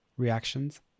reactions